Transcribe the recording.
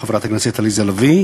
חברת הכנסת עליזה לביא,